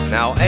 Now